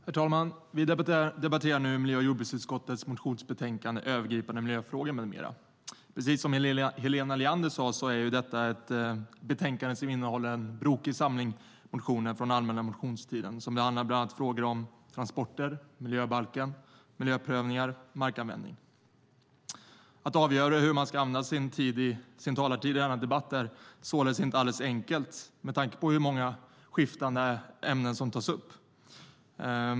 Herr talman! Vi debatterar nu miljö och jordbruksutskottets motionsbetänkande Övergripande miljöfrågor m.m. . Precis som Helena Leander sade behandlas i detta betänkande en brokig samling motioner från den allmänna motionstiden, och det är bland annat frågor om transporter, miljöbalken, miljöprövningar och markanvändning. Att avgöra hur man ska använda sin talartid i denna debatt är således inte alldeles enkelt med tanke på hur många skiftande ämnen som tas upp.